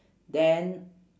then